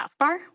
taskbar